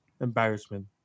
embarrassment